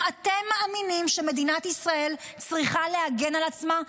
אם אתם מאמינים שמדינת ישראל צריכה להגן על עצמה,